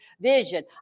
vision